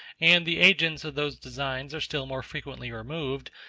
and the agents of those designs are still more frequently removed,